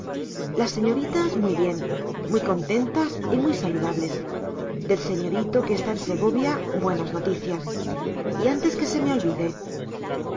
las señoritas muy bien muy contentas y muy saludables del señorito que está en segovia buenas noticias y antes que se me olvide